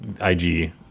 ig